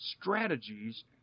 strategies